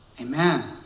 Amen